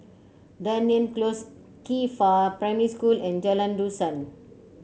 Dunearn Close Qifa Primary School and Jalan Dusan